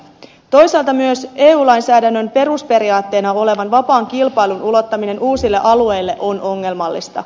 toisaalta myös eu lainsäädännön perusperiaatteena olevan vapaan kilpailun ulottaminen uusille alueille on ongelmallista